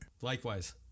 Likewise